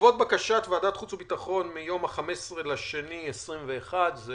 בעקבות בקשת ועדת החוץ והביטחון מיום 15.2.21 זה